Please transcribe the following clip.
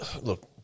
Look